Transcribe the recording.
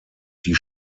die